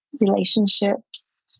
relationships